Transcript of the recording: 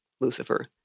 Lucifer